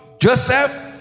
Joseph